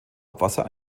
abwasser